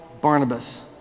Barnabas